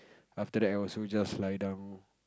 after that I also just lie down